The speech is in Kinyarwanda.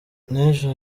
n’ejo